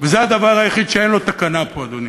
וזה הדבר היחיד שאין לו תקנה פה, אדוני.